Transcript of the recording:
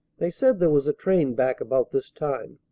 they said there was a train back about this time.